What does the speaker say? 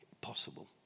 possible